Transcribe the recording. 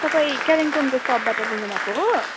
तपाईँ कालिम्पोङको सपबाट बोल्नु भएको हो